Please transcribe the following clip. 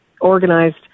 organized